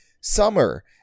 summer